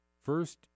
First